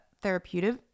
therapeutic